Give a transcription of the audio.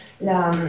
la